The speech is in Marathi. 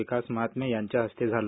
विकास महात्मे यांच्या हस्ते झाल